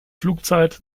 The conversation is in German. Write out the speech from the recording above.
flugzeit